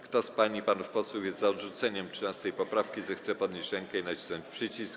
Kto z pań i panów posłów jest za odrzuceniem 13. poprawki, zechce podnieść rękę i nacisnąć przycisk.